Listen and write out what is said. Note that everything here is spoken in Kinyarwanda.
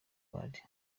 world